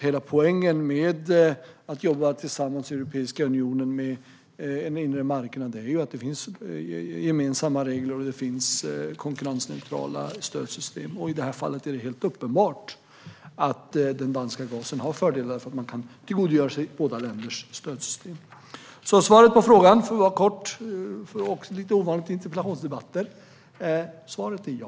Hela poängen med att jobba tillsammans i Europeiska unionen med en inre marknad är att det finns gemensamma regler och konkurrensneutrala stödsystem. I det här fallet är det helt uppenbart att den danska gasen har fördelar eftersom man kan tillgodogöra sig båda länders stödsystem. Det korta svaret på frågan - lite ovanligt i interpellationsdebatter - är ja.